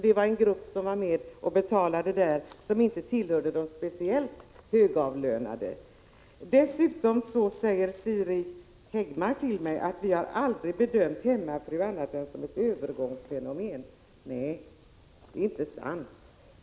Den grupp som var med och betalade där tillhörde inte de speciellt högavlönade. Dessutom säger Siri Häggmark att vi aldrig bedömt hemmafruar annat än som ett övergångsfenomen. Nej, det är inte sant.